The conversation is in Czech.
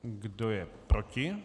Kdo je proti?